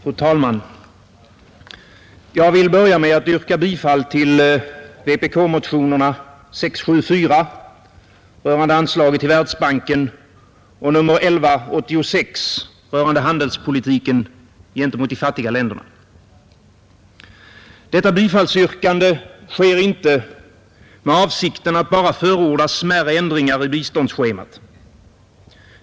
Fru talman! Jag vill börja med att yrka bifall till vpk-motionerna nr 674 rörande anslaget till Världsbanken och nr 1186 rörande handelspolitiken gentemot de fattiga länderna. Detta bifallsyrkande sker inte med avsikten att bara förorda smärre ändringar i biståndsschemat.